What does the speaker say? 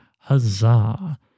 Huzzah